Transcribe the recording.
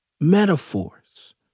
metaphors